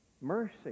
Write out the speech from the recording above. Mercy